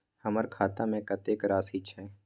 हमर खाता में कतेक राशि छै?